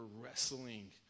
wrestling